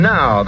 Now